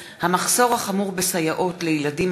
איילת נחמיאס ורבין בנושא: המחסור החמור בסייעות לילדים